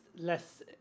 Less